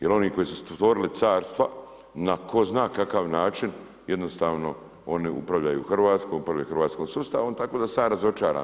Jer oni koji su stvorili carstva, na ko zna kakav način, jednosatno oni upravljaju Hrvatskom, upravljaju hrvatskim sustavu, tako da sam ja razočaran.